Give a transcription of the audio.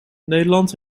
nederland